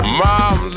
mom